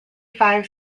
five